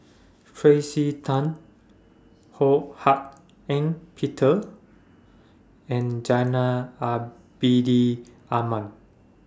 Tracey Tan Ho Hak Ean Peter and Zainal Abidin Ahmad